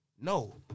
No